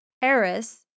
Paris